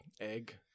egg